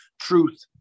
truth